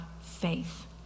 faith